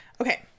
Okay